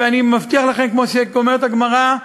ואני מבטיח לכם, כמו שאומרת הגמרא,